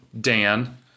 Dan